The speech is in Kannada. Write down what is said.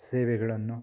ಸೇವೆಗಳನ್ನು